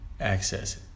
access